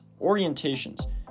orientations